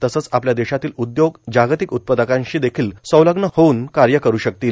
तसंच आपल्या देशातील उद्योग जगातिक उत्पादकांशी देखिल संलग्न होऊन कार्य करू शकतील